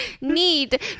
need